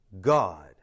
God